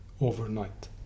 overnight